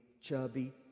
chubby